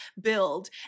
build